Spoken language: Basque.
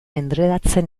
endredatzen